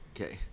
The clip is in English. Okay